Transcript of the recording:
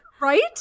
Right